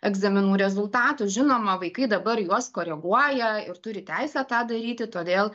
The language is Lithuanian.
egzaminų rezultatų žinoma vaikai dabar juos koreguoja ir turi teisę tą daryti todėl